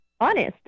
honest